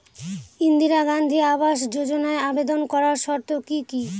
ইন্দিরা গান্ধী আবাস যোজনায় আবেদন করার শর্ত কি কি?